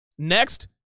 Next